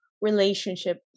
relationship